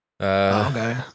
Okay